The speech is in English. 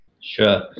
Sure